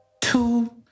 two